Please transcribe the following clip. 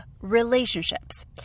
relationships